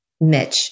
Mitch